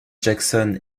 jackson